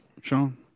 Sean